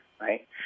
right